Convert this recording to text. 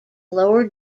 lower